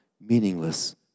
meaningless